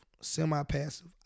semi-passive